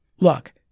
Look